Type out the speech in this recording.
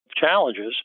challenges